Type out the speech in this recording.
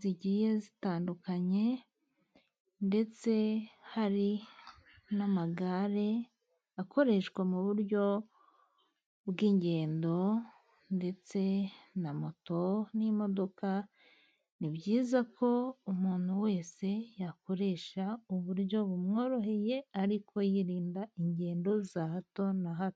zigiye zitandukanye, ndetse hari n'amagare akoreshwa mu buryo bw'ingendo, ndetse na moto n'imodoka, ni byiza ko umuntu wese yakoresha uburyo bumworoheye, ariko yirinda ingendo za hato na hato.